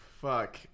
fuck